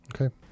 Okay